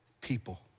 People